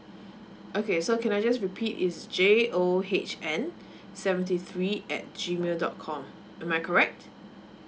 okay so can I just repeat is J O H N seventy three at G mail dot com am I correct